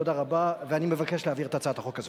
תודה רבה, ואני מבקש להעביר את הצעת החוק הזאת.